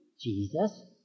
Jesus